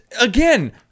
again